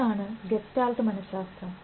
ഇതാണ് ഗസ്റ്റാൾട്ട് മനശാസ്ത്രം